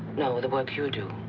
no, the work you do.